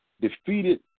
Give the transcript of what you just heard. defeated